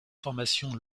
formation